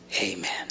Amen